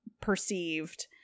perceived